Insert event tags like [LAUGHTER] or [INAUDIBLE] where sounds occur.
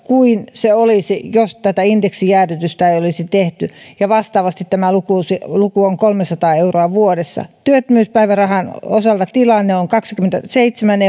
kuin se olisi jos tätä indeksijäädytystä ei olisi tehty ja vastaavasti tämä luku on kolmesataa euroa vuodessa työttömyyspäivärahan osalta tilanne on kaksikymmentäseitsemän [UNINTELLIGIBLE]